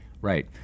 Right